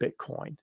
Bitcoin